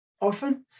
often